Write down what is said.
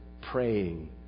praying